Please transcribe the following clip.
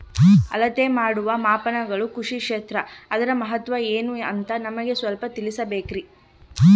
ಅಳತೆ ಮಾಡುವ ಮಾಪನಗಳು ಕೃಷಿ ಕ್ಷೇತ್ರ ಅದರ ಮಹತ್ವ ಏನು ಅಂತ ನಮಗೆ ಸ್ವಲ್ಪ ತಿಳಿಸಬೇಕ್ರಿ?